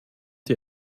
die